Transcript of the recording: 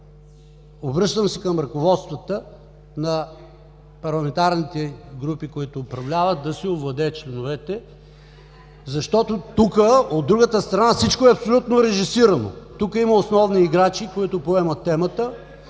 обръщам се към ръководствата на парламентарните групи, които управляват, да си овладеят членовете. (Смях.) Защото тук, от другата страна, всичко е абсолютно режисирано. Тук има основни играчи, които поемат темата,